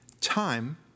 Time